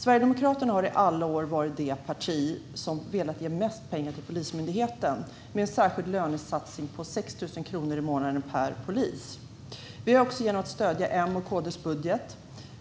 Sverigedemokraterna har i alla år varit det parti som velat ge mest pengar till Polismyndigheten, med en särskild lönesatsning på 6 000 kronor i månaden per polis. Vi har också genom att stödja